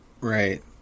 Right